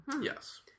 Yes